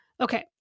Okay